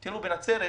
בנצרת,